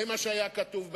זה מה שהיה כתוב באס.אם.אס.